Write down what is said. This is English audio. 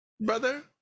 brother